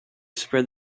spread